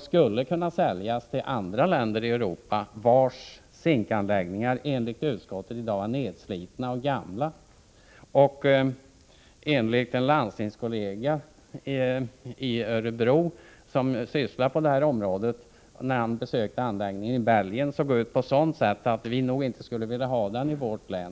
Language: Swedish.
skulle kunna säljas till andra länder i Europa, vars zinkanläggningar, enligt utskottet, i dag är nedslitna och gamla. En landstingskollega i Örebro, som sysslar med detta område, uttryckte sig ungefär så här när han hade besökt en anläggning i Belgien: Den såg ut på ett sådant sätt att vi nog inte skulle vilja ha den i vårt län.